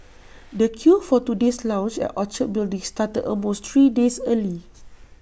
the queue for today's launch at Orchard building started almost three days early